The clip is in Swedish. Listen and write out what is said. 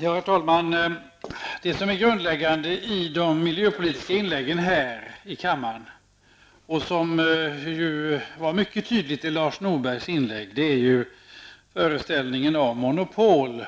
Herr talman! Det som är grundläggande i de miljöpolitiska inläggen här i kammaren och som var mycket tydligt i Lars Norbergs inlägg, är föreställningen om monopol.